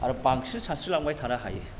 आरो बांसिन सानस्रि लांबाय थानो हायो